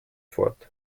fort